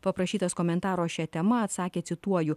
paprašytas komentaro šia tema atsakė cituoju